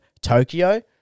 Tokyo